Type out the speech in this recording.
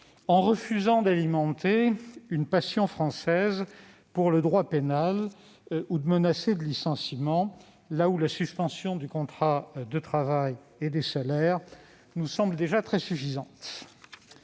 Ils refusent d'alimenter une passion française pour le droit pénal et de brandir la menace du licenciement, là où la suspension du contrat de travail et des salaires nous semble déjà très suffisante.